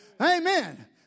Amen